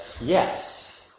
yes